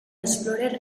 explorer